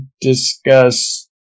discuss